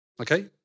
Okay